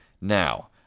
Now